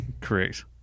Correct